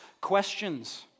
questions